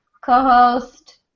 co-host